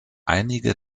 einige